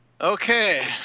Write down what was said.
Okay